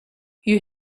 you